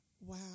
wow